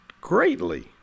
greatly